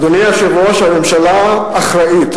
אדוני היושב-ראש, הממשלה אחראית.